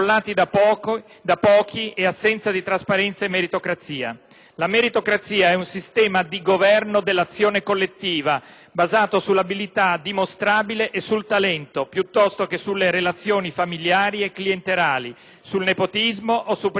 La meritocrazia è un sistema di governo dell'azione collettiva basato sull'abilità dimostrabile e sul talento, piuttosto che sulle relazioni familiari e clientelari, sul nepotismo o su privilegi di posizione sociale. La situazione italiana è l'opposto,